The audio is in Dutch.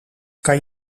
kan